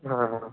হ্যাঁ হ্যাঁ